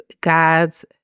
God's